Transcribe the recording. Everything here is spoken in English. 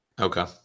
Okay